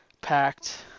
packed